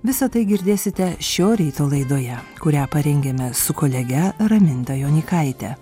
visa tai girdėsite šio ryto laidoje kurią parengėme su kolege raminta jonykaite